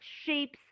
shapes